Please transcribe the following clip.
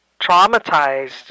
traumatized